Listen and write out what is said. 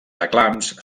reclams